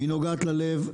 היא נוגעת ללב,